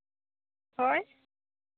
ᱦᱳᱭ